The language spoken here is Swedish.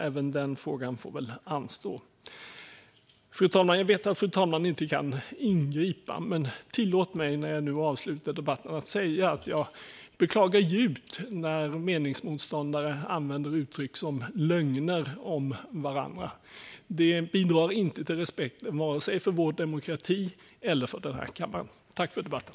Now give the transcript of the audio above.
Även den frågan får väl anstå. Fru talman! Jag vet att fru talmannen inte kan ingripa, men tillåt mig, när jag nu har mitt sista anförande, att djupt få beklaga att meningsmotståndare använder uttryck som "lögner" om vad andra säger. Det bidrar inte till respekt för vare sig vår demokrati eller denna kammare. Tack för debatten!